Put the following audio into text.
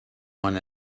want